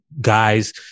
guys